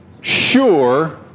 sure